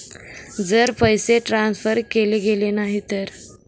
जर पैसे ट्रान्सफर केले गेले नाही तर?